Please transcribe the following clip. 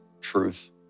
truth